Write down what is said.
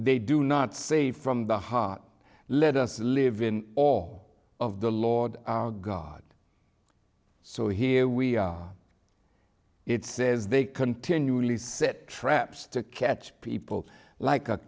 they do not say from the hot let us live in awe of the lord god so here we are it says they continually set traps to catch people like a